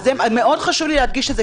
מאוד חשוב לי להדגיש את זה,